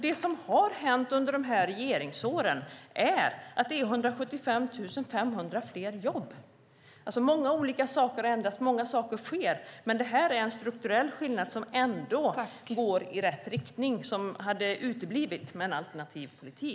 Det som har hänt under de här regeringsåren är att det har blivit 175 500 fler jobb. Många olika saker har ändrats, och många saker sker, men det här är en strukturell skillnad som ändå går i rätt riktning och som hade uteblivit med en alternativ politik.